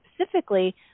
specifically